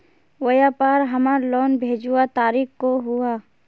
व्यापार हमार लोन भेजुआ तारीख को हुआ?